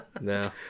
No